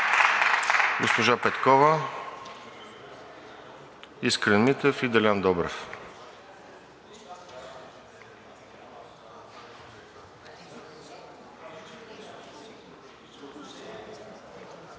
Госпожа Петкова, Искрен Митев и Делян Добрев.